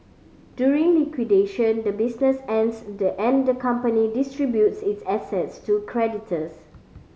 during liquidation the business ends the and the company distributes its assets to creditors